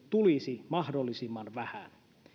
tulisi loppuviimein mahdollisimman vähän